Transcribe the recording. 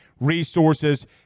resources